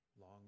long